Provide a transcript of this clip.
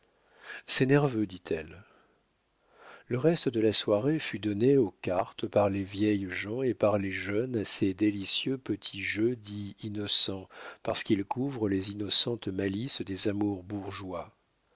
nerveux dit-elle le reste de la soirée fut donné aux cartes par les vieilles gens et par les jeunes à ces délicieux petits jeux dits innocents parce qu'ils couvrent les innocentes malices des amours bourgeois